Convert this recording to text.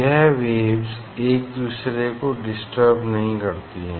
यह वेव्स एक दूसरे को डिस्टर्ब नहीं करती हैं